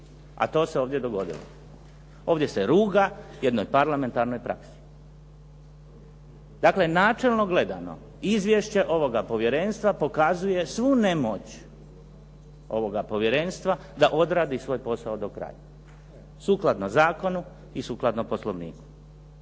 a to se ovdje dogodilo. Ovdje se ruga jednoj parlamentarnoj praksi. Dakle, načelno gledano Izvješće ovoga Povjerenstva pokazuje svu nemoć ovoga Povjerenstva da odradi svoj posao do kraja sukladno zakonu i sukladno Poslovniku.